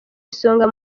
isonga